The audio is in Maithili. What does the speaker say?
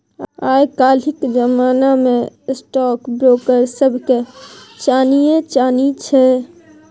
आय काल्हिक जमाना मे स्टॉक ब्रोकर सभके चानिये चानी छै